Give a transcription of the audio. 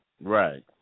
Right